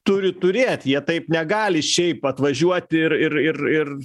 turi turėt jie taip negali šiaip atvažiuoti ir ir ir ir